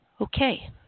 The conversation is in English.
Okay